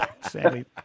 sadly